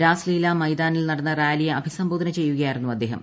രാസ് ലീല മൈതാനിൽ നടന്ന റാലിയെ അഭിസംബോധനചെയ്യുകയായിരുന്നു അദ്ദേഹം